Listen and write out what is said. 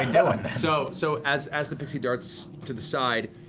so so as as the pixie darts to the side,